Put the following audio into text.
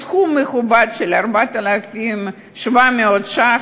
סכום מכובד של 4,700 ש"ח,